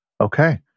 Okay